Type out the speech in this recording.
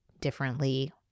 differently